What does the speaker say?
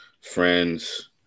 friends